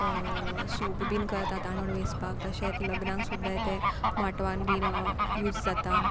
soup बीन करतात तांदूळ वेंचपाक तशेंच लग्नाक सुद्दां ते माटवान बीन यूज जाता